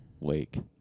Lake